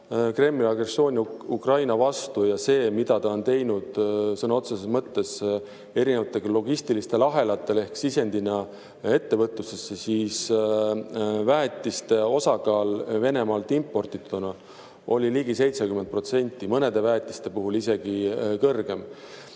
Kremli agressiooni Ukraina vastu ja seda, mida see on teinud sõna otseses mõttes erinevatele logistilistele ahelatele ehk sisendina ettevõtlusesse, siis [tuleb arvestada, et] väetiste osakaal Venemaalt impordituna oli ligi 70%, mõnede väetiste puhul isegi kõrgem.